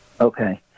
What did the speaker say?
Okay